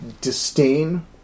disdain